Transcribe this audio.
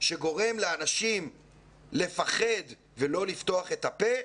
שגורם לאנשים לפחד ולא לפתוח את הפה,